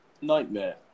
nightmare